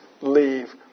leave